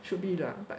should be lah but